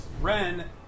Ren